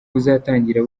uzatangira